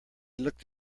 looked